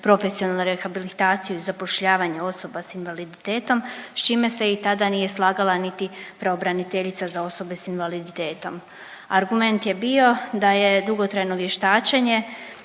profesionalnu rehabilitaciju i zapošljavanje osoba s invaliditetom, s čime se i tada nije slagala niti pravobraniteljica za osobe s invaliditetom. Argument je bio da je dugotrajno vještačenje